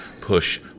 push